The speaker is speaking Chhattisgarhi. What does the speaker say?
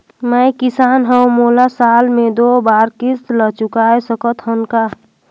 मैं किसान हव मोला साल मे दो बार किस्त ल चुकाय सकत हव का?